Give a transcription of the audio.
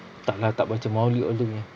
tak lah tak baca maulid all the way